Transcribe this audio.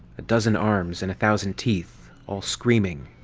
a dozen arms and a thousand teeth, all screaming,